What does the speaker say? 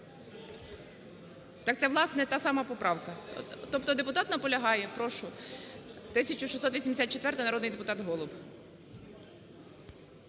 Так це, власне, та сама поправка. Тобто депутат наполягає. Прошу. 1684-а. Народний депутат Голуб.